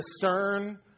discern